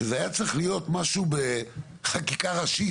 שזה היה צריך להיות משהו בחקיקה ראשית,